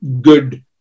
good